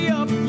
up